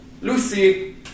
Lucy